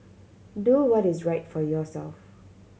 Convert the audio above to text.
do what is right for yourself